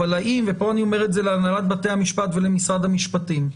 פה אני אומר להנהלת בתי המשפט ולמשרד המשפטים,